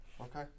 Okay